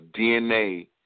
DNA